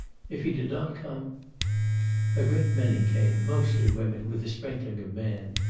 if he did not come a great many came, mostly women, with a sprinkling of men.